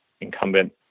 incumbent